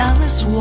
Alice